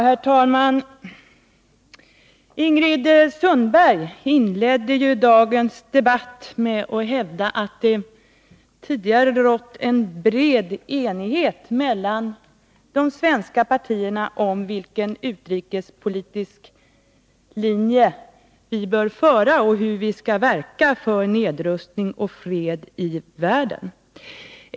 Herr talman! Ingrid Sundberg inledde dagens debatt med att hävda att det tidigare har rått en bred enighet mellan de svenska partierna om vilken utrikespolitisk linje vi bör föra och hur vi skall verka för nedrustning och fred i världen.